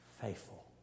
faithful